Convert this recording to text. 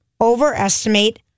overestimate